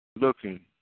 looking